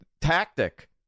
tactic